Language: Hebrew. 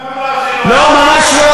גם אנחנו לא עשינו את זה, לא, ממש לא.